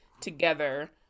together